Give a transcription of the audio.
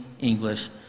English